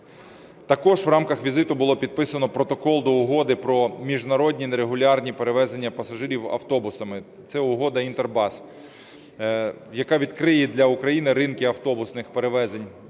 Також в рамках візиту було підписано Протокол до Угоди про міжнародні нерегулярні перевезення пасажирів автобусами, це Угода INTERBUS, яка відкриє для України ринки автобусних перевезень